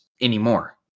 anymore